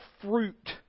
fruit